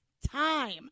time